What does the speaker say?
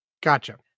gotcha